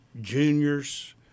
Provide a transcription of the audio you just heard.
juniors